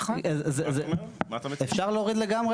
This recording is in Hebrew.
יש רשויות, בעיקר החזקות